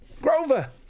Grover